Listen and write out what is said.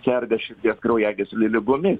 serga širdies kraujagyslių ligomis